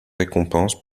récompenses